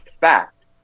fact